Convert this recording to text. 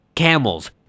Camels